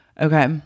Okay